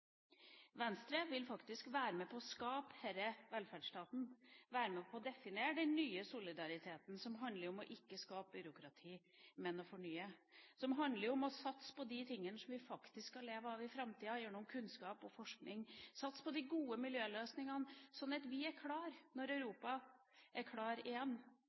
Venstre vil faktisk være med på å skape denne velferdsstaten, være med på å definere den nye solidariteten som handler om ikke å skape byråkrati, men om å fornye, som handler om å satse på de tingene som vi faktisk skal leve av i framtida gjennom kunnskap og forsking, satse på de gode miljøløsningene, slik at vi er klare når Europa er klar igjen